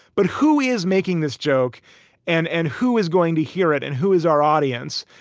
but who is making this joke and and who is going to hear it and who is our audience?